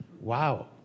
wow